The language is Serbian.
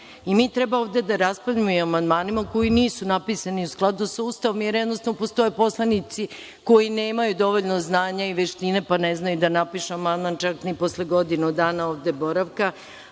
I mi treba ovde da raspravljamo i o amandmanima koji nisu napisani u skladu sa Ustavom, jer, jednostavno, postoje poslanici koji nemaju dovoljno znanja i veština pa ne znaju da napišu amandman čak ni posle godinu dana ovde boravka,